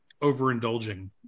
overindulging